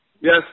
Yes